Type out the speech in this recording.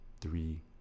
three